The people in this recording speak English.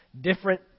different